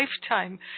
lifetime